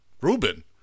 Ruben